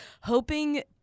hoping